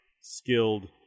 skilled